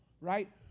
right